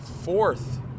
fourth